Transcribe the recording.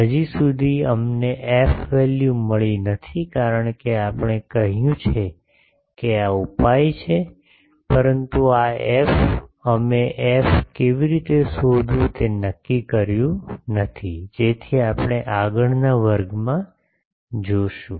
હજી સુધી અમને એફ વેલ્યુ મળી નથી કારણ કે આપણે કહ્યું છે કે આ ઉપાય છે પરંતુ આ એફ અમે એફ કેવી રીતે શોધવું તે નક્કી કર્યું નથી જેથી આપણે આગળના વર્ગમાં જોશું